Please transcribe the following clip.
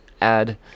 add